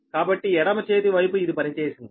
కాబట్టి ఎడమ చేతి వైపు ఇది పని చేసింది